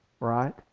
Right